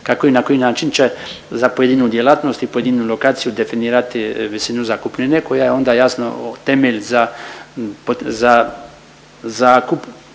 na koji način će za pojedinu djelatnost i pojedinu lokaciju definirati visinu zakupnine koja je onda jasno temeljem za,